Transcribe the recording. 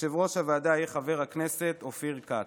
יושב-ראש הוועדה יהיה חבר הכנסת אופיר כץ.